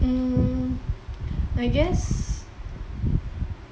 mm I guess